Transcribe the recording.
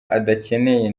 adakeneye